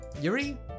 Yuri